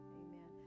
amen